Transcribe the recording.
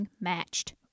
matched